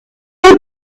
you